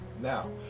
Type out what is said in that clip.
now